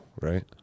right